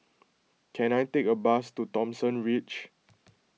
can I take a bus to Thomson Ridge